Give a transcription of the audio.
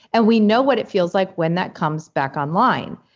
and we know what it feels like when that comes back online.